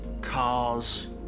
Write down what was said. cars